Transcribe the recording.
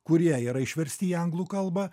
kurie yra išversti į anglų kalbą